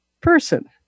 person